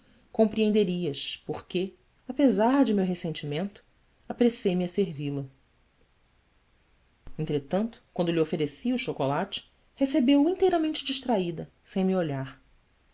que apesar de meu ressentimento apressei me a servi-la entretanto quando lhe ofereci o chocolate recebeu-o inteiramente distraída sem me olhar